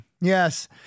Yes